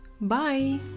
Bye